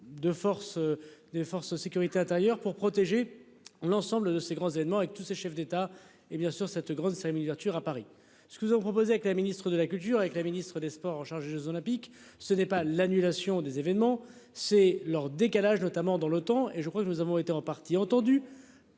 des forces de sécurité intérieure pour protéger l'ensemble de ces grands événements avec tous ces chefs d'État et bien sûr cette grande miniature à Paris ce que nous avons proposé avec la ministre de la culture avec la ministre des Sports, chargée Jeux olympiques ce n'est pas l'annulation des événements c'est leur décalage notamment dans le temps et je crois que nous avons été en partie entendu.